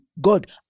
God